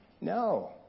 no